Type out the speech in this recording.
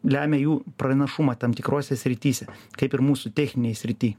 lemia jų pranašumą tam tikrose srityse kaip ir mūsų techninėj srity